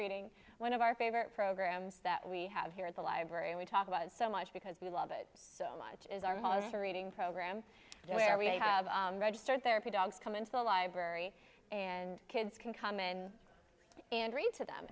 reading one of our favorite programs that we have here at the library and we talk about it so much because we love it so much as our homes for reading program where we have registered therapy dogs come into the library and kids can come in and read to them